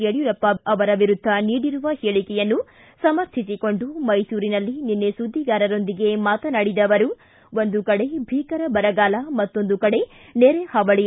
ಯಡ್ಕೂರಪ್ಪ ಅವರ ವಿರುದ್ಧ ನೀಡಿರುವ ಹೇಳಿಕೆಯನ್ನು ಸಮರ್ಥಿಸಿಕೊಂಡು ಮೈಸೂರಿನಲ್ಲಿ ನಿನ್ನೆ ಸುದ್ವಿಗಾರರೊಂದಿಗೆ ಮಾತನಾಡಿದ ಅವರು ಒಂದು ಕಡೆ ಭೀಕರ ಬರಗಾಲ ಮತ್ತೊಂದು ಕಡೆ ನೆರೆ ಹಾವಳಿ